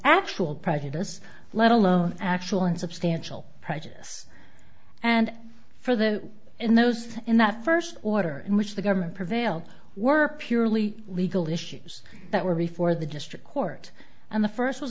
actual prejudice let alone actual insubstantial prejudice and for the and those in that first order in which the government prevailed were purely legal issues that were before the district court and the first